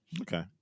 okay